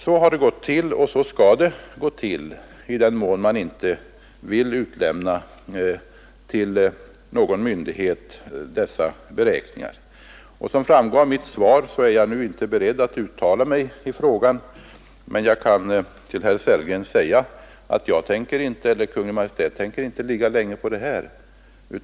Så har det gått till, och så skall det gå till i den mån man inte vill utlämna till någon myndighet dessa beräkningar. Som framgår av mitt svar är jag inte beredd att uttala mig i frågan, men jag kan till herr Sellgren säga att Kungl. Maj:t inte tänker ligga länge på detta ärende.